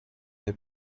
n’ai